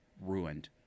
ruined